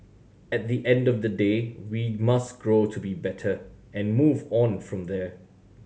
at the end of the day we must grow to be better and move on from there